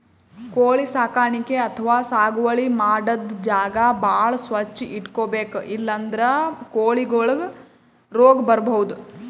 ಕೋಳಿ ಸಾಕಾಣಿಕೆ ಅಥವಾ ಸಾಗುವಳಿ ಮಾಡದ್ದ್ ಜಾಗ ಭಾಳ್ ಸ್ವಚ್ಚ್ ಇಟ್ಕೊಬೇಕ್ ಇಲ್ಲಂದ್ರ ಕೋಳಿಗೊಳಿಗ್ ರೋಗ್ ಬರ್ಬಹುದ್